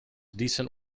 decent